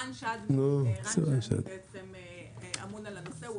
רן שדמי אמון על הנושא.